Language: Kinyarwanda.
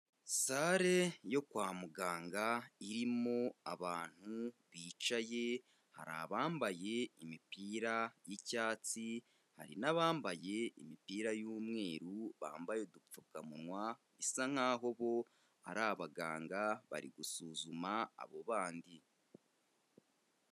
Sale yo kwa muganga irimo abantu bicaye hari abambaye imipira y'icyatsi, hari na bambaye imipira y'umweru, bambaye udupfukamunwa bisa nkaho bo ari abaganga bari gusuzuma abo bandi.